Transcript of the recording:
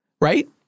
Right